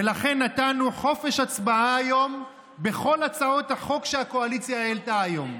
ולכן נתנו חופש הצבעה היום בכל הצעות החוק שהקואליציה העלתה היום.